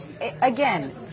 again